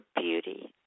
beauty